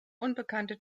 unbekannte